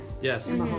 Yes